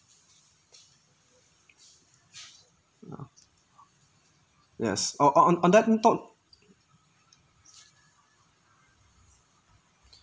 yes on on on that note